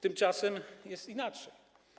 Tymczasem jest inaczej.